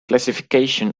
classification